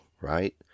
right